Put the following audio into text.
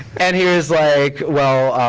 and he was like, well,